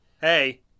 Hey